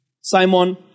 Simon